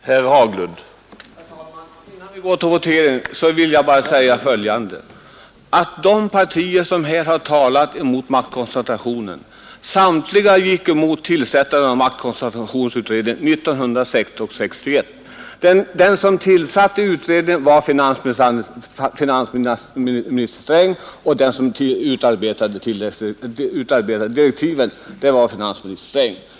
Herr talman! Innan vi går till votering vill jag bara säga följande: De partier som här talat emot maktkoncentrationen gick samtliga emot tillsättandet av koncentrationsutredningen 1961. Den som tillsatte utredningen var finansminister Sträng, och den som utarbetade direktiven var finansminister Sträng.